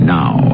now